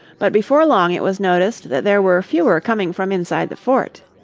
but before long it was noticed that there were fewer coming from inside the fort.